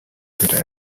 дээрээ